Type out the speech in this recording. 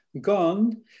gone